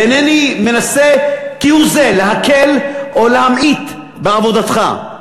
ואינני מנסה כהוא-זה להקל או להמעיט בעבודתך.